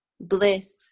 bliss